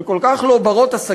וכל כך לא בנות-השגה,